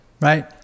right